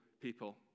people